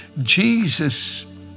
Jesus